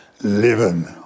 living